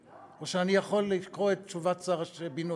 לא, או שאני יכול לקרוא את תשובת שר הבינוי?